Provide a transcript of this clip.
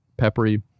peppery